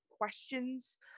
questions